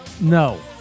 No